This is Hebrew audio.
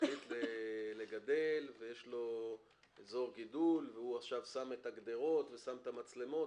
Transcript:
החליט לגדל ויש לו אזור גידול והוא עכשיו שם את הגדרות ושם את המצלמות.